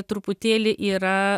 truputėlį yra